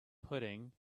pudding